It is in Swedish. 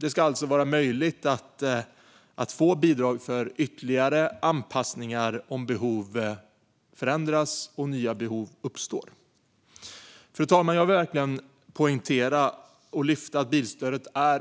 Det ska alltså vara möjligt att få bidrag för ytterligare anpassningar om behov förändras och nya behov uppstår. Fru talman! Jag vill verkligen poängtera och lyfta upp att bilstödet är